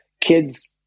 kids